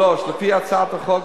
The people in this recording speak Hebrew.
3. לפי הצעת החוק,